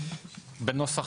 בנוסח,